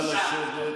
נא לשבת.